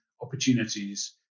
opportunities